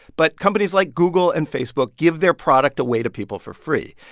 but companies like google and facebook give their product away to people for free.